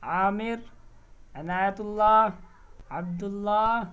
عامر Inayatullah عبد اللّہ